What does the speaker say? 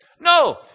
No